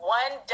one